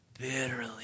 bitterly